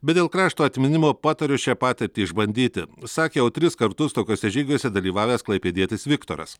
bet dėl krašto atminimo patariu šią patirtį išbandyti sakė jau tris kartus tokiuose žygiuose dalyvavęs klaipėdietis viktoras